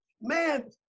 man